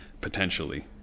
potentially